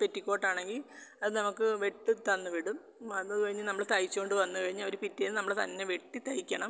petty ക്കോട്ട് ആണെങ്കിൽ അത് നമുക്ക് വെട്ടിത്തന്ന് വിടും അത് കഴിഞ്ഞ് നമ്മൾ തയ്ച്ചുകൊണ്ട് വന്ന് കഴിഞ്ഞ് അവർ പിറ്റേന്ന് നമ്മൾ തന്നെ വെട്ടിത്തയ്ക്കണം